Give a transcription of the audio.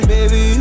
Baby